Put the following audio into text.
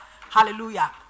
hallelujah